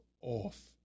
off